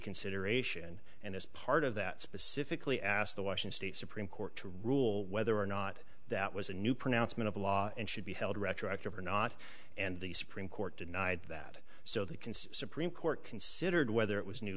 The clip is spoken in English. reconsideration and as part of that specifically asked the washing state supreme court to rule whether or not that was a new pronouncement of the law and should be held retroactive or not and the supreme court denied that so they can see supreme court considered whether it was new